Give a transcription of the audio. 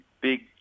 big